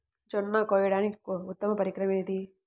జొన్న కోయడానికి ఉత్తమ పరికరం ఏది?